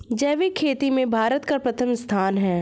जैविक खेती में भारत का प्रथम स्थान है